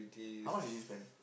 how much did you spend